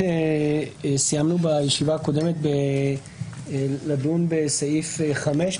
בישיבה הקודמת סיימנו לדון בסעיף 5,